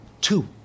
Two